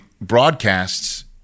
broadcasts